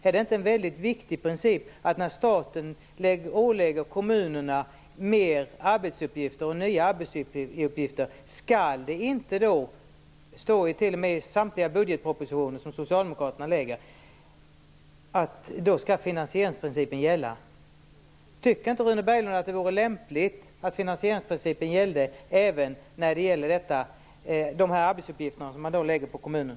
Är det inte en väldigt viktig princip att finansieringsprincipen skall gälla när staten ålägger kommunerna fler arbetsuppgifter och nya arbetsuppgifter? Det står ju t.o.m. i samtliga budgetpropositioner som Socialdemokraterna lägger fram. Tycker inte Rune Berglund att det vore lämpligt att finansieringsprincipen gällde även när det gäller de arbetsuppgifter som man lägger på kommunen?